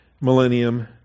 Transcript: millennium